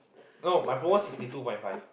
no my promo sixty two point five